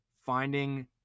finding